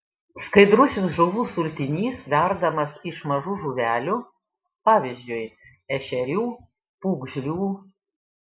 skaidrusis žuvų sultinys verdamas iš mažų žuvelių pavyzdžiui ešerių pūgžlių